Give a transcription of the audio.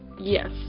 yes